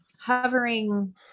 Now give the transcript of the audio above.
hovering